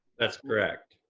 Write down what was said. that's correct.